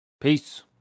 Peace